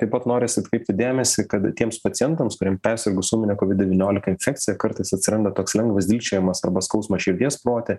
taip pat norisi atkreipti dėmesį kad tiems pacientams kuriem persirgus ūmine kovid devyniolika infekcija kartais atsiranda toks lengvas dilgčiojimas arba skausmas širdies prote